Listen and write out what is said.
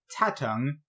Tatung